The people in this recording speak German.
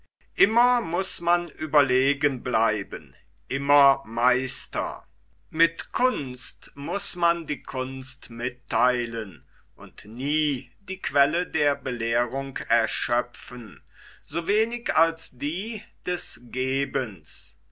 immer muß man überlegen bleiben immer meister mit kunst muß man die kunst mittheilen und nie die quelle der belehrung erschöpfen so wenig als die des gebens